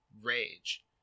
rage